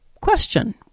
question